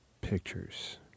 pictures